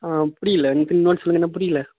ஆ புரியலை என்னது இன்னொருவாட்டி சொல்லுங்கள் என்ன புரியலை